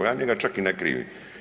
Ja njega čak i ne krivim.